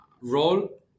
role